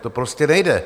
To prostě nejde.